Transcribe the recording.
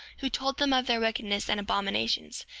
who told them of their wickedness and abominations,